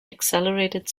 accelerated